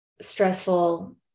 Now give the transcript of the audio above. stressful